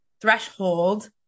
threshold